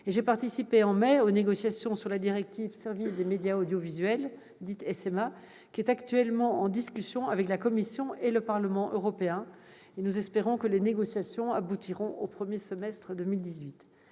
j'ai participé aux négociations sur la directive Services de médias audiovisuels, dite SMA, qui est actuellement en discussion entre les institutions européennes. Nous espérons que ces négociations aboutiront au premier semestre 2018.